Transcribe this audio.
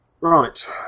Right